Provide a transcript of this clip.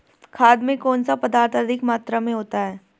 खाद में कौन सा पदार्थ अधिक मात्रा में होता है?